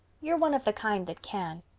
you're one of the kind that can.